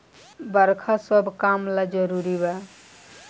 बरखा सब काम ला जरुरी बा